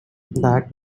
that